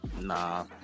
Nah